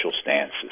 stances